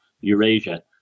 Eurasia